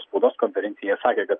spaudos konferenciją jie sakė kad